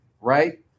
right